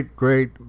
great